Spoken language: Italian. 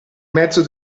mezzo